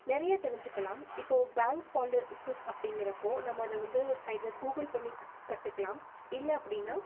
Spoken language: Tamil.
நிறையா தெரிஞ்சிக்கலாம் இப்போது பேங்க் பாலிஸிஸ் அப்படிங்கிறப்போ நம்ம அதை வந்து எது கூகுள் பண்ணி கற்றுக்கலாம் இல்லை அப்படின்னா